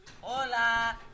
Hola